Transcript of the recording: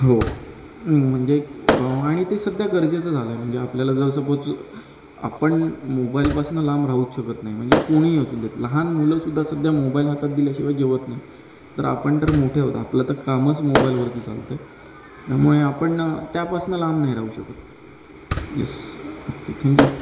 हो म्हणजे आणि ते सध्या गरजेचं झालं आहे म्हणजे आपल्याला जर सपोज आपण मोबाईलपासनं लांब राहूच शकत नाही म्हणजे कोणीही असून देत लहान मुलंसुद्धा सध्या मोबाईल हातात दिल्याशिवाय जेवत नाही तर आपण तर मोठे आहोत आपलं तर कामच मोबाईलवरती चालतं त्यामुळे आपण त्यापासनं लांब नाही राहू शकत यस्स ओके थँक यु